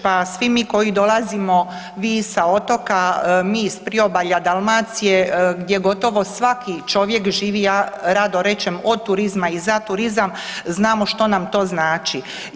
Pa svi mi koji dolazimo vi sa otoka, mi iz priobalja, Dalmacije gdje gotovo svaki čovjek živi ja rado rečem od turizma i za turizam znamo što nam to znači.